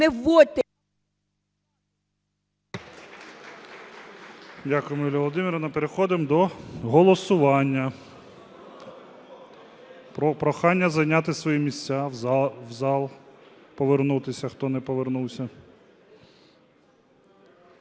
Дякую, Юлія Володимирівна. Переходимо до голосування. Прохання зайняти свої місця, в зал повернутися, хто не повернувся.